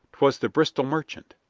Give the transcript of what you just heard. twas the bristol merchant.